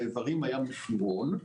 לאיברים היה מחירון.